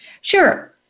Sure